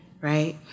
right